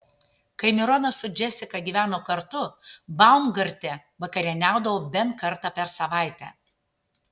kai mironas su džesika gyveno kartu baumgarte vakarieniaudavo bent kartą per savaitę